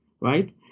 right